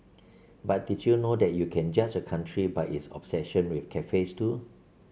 but did you know that you can judge a country by its obsession with cafes too